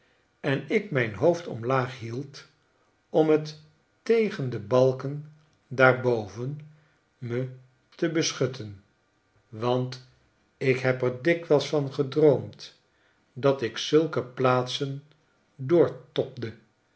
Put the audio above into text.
en ik mijn hoofd omlaag hield om t tegen de balken daar boven me te beschutten want ik heb er dikwijls van gedroomd dat ik zulke plaatsen doortobde